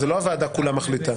לא הוועדה כולה מחליטה.